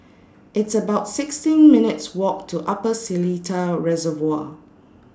It's about sixteen minutes' Walk to Upper Seletar Reservoir